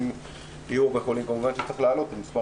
אם יהיו הרבה חולים כמובן יהיה צורך להעלות את מספר